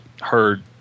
Heard